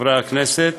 חברי הכנסת,